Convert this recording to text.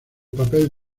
papel